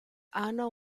hanno